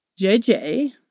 JJ